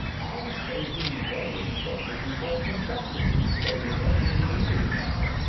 and save you many expenses in courts of justice they will not be needed now.